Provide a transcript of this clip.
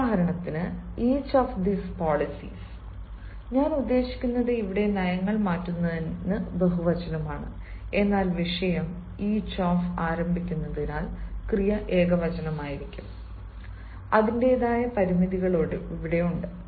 ഉദാഹരണത്തിന് each of this policies ഞാൻ ഉദ്ദേശിക്കുന്നത് ഇവിടെ നയങ്ങൾ മാറ്റുന്നത് ബഹുവചനമാണ് എന്നാൽ വിഷയം ഇച്ച് ഓഫ് ആരംഭിക്കുന്നതിനാൽ ക്രിയ ഏകവചനമായിരിക്കും അതിന്റേതായ പരിമിതികളുണ്ട്